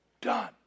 done